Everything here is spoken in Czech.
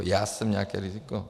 Já jsem nějaké riziko?